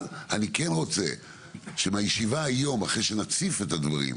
אני כן רוצה שמהשיבה היום, אחרי שנציף את הדברים,